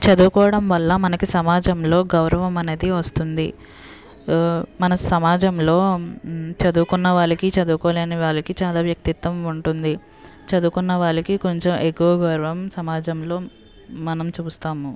చదువుకోవడం వల్ల మనకు సమాజంలో గౌరవం అనేది వస్తుంది మన సమాజంలో చదువుకున్న వాళ్ళకి చదువుకోలేని వాళ్ళకిచాలా వ్యక్తిత్వం ఉంటుంది చదువుకున్న వాళ్ళకి కొంచం ఎక్కువ గౌరవం సమాజంలో మనం చూస్తాము